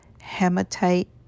Hematite